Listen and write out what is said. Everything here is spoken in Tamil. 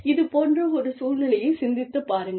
இது போன்ற ஒரு சூழ்நிலையைச் சிந்தித்து பாருங்கள்